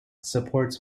supports